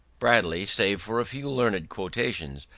bradley, save for a few learned quotations,